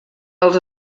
els